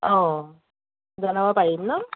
অ' জনাব পাৰিম ন